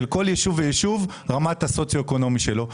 כל יישוב ויישוב ברמת הסוציו-אקונומי שלו.